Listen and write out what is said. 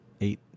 Eight